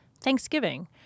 Thanksgiving